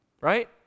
Right